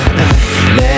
Let